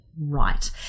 right